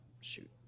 Shoot